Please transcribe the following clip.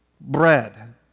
bread